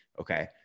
okay